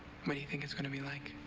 what do you think it's gonna be like?